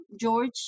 george